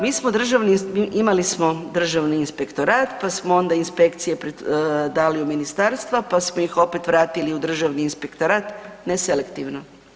Mi smo, imali smo Državni inspektorat, pa smo onda inspekcije dali u ministarstva, pa smo ih opet vratili u Državni inspektorat ne selektivno.